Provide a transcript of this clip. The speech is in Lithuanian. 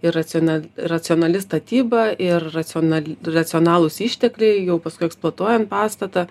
ir raciona racionali statyba ir racional racionalūs ištekliai jau paskui eksploatuojant pastatą